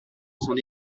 son